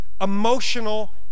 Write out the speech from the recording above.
emotional